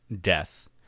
death